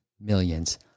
millions